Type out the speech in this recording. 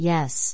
Yes